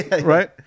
right